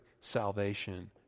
salvation